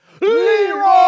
Leroy